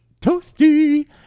Toasty